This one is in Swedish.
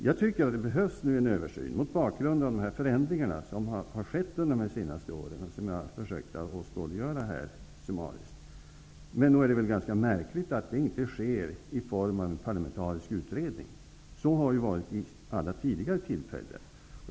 Jag tycker att det mot bakgrund av de förändringar som har skett under de senaste åren behövs en översyn. Jag har försökt att åskådliggöra dem summariskt här. Men nog är det väl ganska märkligt att det inte sker i form av en parlamentarisk utredning? Så har det ju varit vid alla tidigare tillfällen.